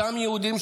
אותם יהודים,